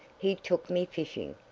he took me fishing,